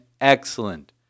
excellent